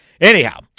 Anyhow